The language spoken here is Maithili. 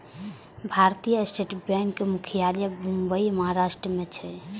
भारतीय स्टेट बैंकक मुख्यालय मुंबई, महाराष्ट्र मे छै